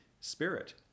Spirit